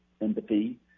Empathy